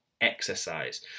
exercise